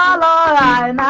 ah la